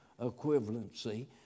equivalency